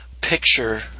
picture